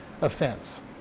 offense